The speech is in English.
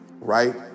right